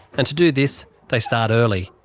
and to do this they start early,